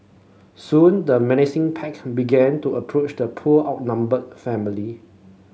soon the menacing pack began to approach the poor outnumbered family